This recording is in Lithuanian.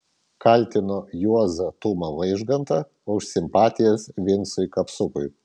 kaltino juozą tumą vaižgantą už simpatijas vincui kapsukui